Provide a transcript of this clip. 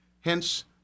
Hence